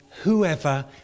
whoever